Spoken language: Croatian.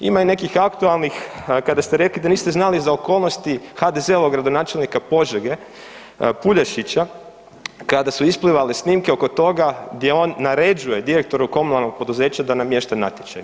Ima i nekih aktualnih kada ste rekli da niste znali za okolnosti HDZ-ovog gradonačelnika Požege Puljašića kada su isplivale snimke oko toga gdje on naređuje direktoru komunalnog poduzeća da namješta natječaje.